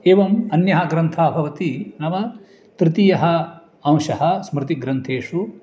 एवम् अन्यः ग्रन्थः भवति नाम तृतीयः अंशः स्मृतिग्रन्थेषु